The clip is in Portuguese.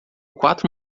quatro